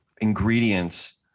ingredients